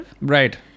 Right